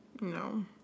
No